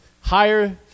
higher